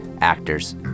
actors